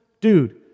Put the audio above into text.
dude